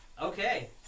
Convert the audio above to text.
Okay